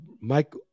Mike